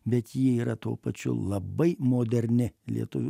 bet ji yra tuo pačiu labai moderni lietuvių